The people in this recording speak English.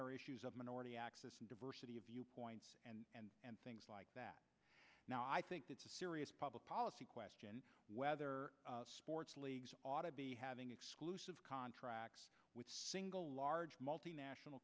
are issues of minority access and diversity of viewpoints and things like that i think that's a serious public policy question whether sports leagues ought to be having exclusive contracts with single large multinational